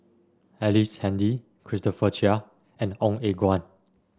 Ellice Handy Christopher Chia and Ong Eng Guan